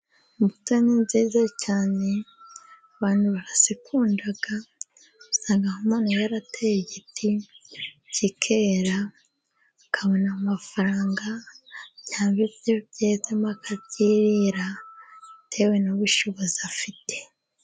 Imbuto ni nziza cyane abantu barazikunda. Usanga nk'umuntu yarateye igiti kikera, akabona amafaranga, cyangwa ibiryo byezemo akabyirira bitewe n'ubushobozi afite.